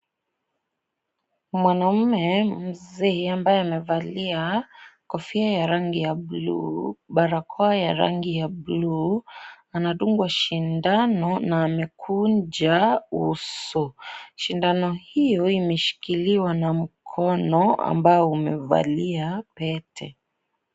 Mwanaume mzee ambaye amevalia kofia ya rangi ya bluu barakoa ya ragi ya bluu anadungwa shindano na anakunja uso, shindano hiyo imeshikiliwa na mkono ambao umeekwa pete.